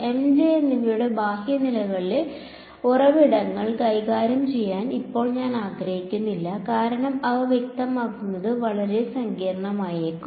M J എന്നിവയുടെ ബാഹ്യ നിലവിലെ ഉറവിടങ്ങൾ കൈകാര്യം ചെയ്യാൻ ഇപ്പോൾ ഞാൻ ആഗ്രഹിക്കുന്നില്ല കാരണം അവ വ്യക്തമാക്കുന്നത് വളരെ സങ്കീർണ്ണമായേക്കാം